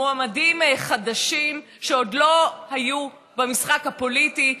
מועמדים חדשים שעוד לא היו במשחק הפוליטי,